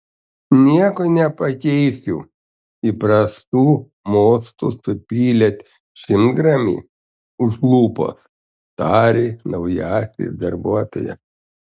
nieko nepakeisiu įprastu mostu supylęs šimtgramį už lūpos tarė naujasis darbuotojas